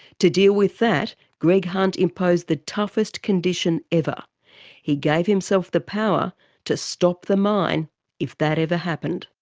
to deal with that, greg hunt imposed the toughest condition ever he gave himself the power to stop the mine if that ever happened.